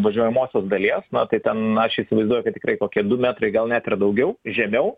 važiuojamosios dalies na tai ten aš įsivaizduoju kad tikrai kokie du metrai gal net ir daugiau žemiau